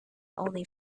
only